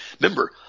remember